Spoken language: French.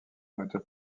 moteur